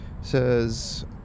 says